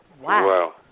Wow